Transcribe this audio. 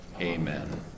amen